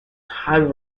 highly